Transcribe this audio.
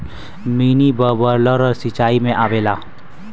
mini bubbler सिचाई में आवेला